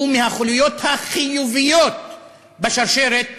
הוא מהחוליות החיוביות בשרשרת